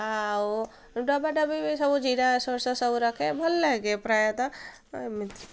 ଆଉ ଡବା ଡବି ବି ସବୁ ଜିରା ସୋରିଷ ସବୁ ରଖେ ଭଲ ଲାଗେ ପ୍ରାୟତଃ ଏମିତି